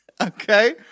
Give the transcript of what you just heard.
Okay